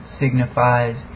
signifies